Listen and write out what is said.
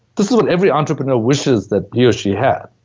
this is what every entrepreneur wishes that he or she have.